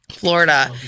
florida